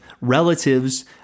relatives